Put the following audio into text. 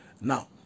Now